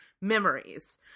memories